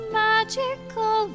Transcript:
magical